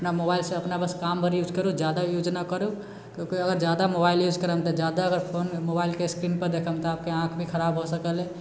अपना मोबाइलसँ अपना बस काम भरि यूज करु जादा यूज नहि करु किआकि अगर जादा मोबाइल यूज करब तऽ जादा अगर मोबाइलमे फोनके स्क्रीन पर देखब तऽ आपके आँख भी खराब हो सकल है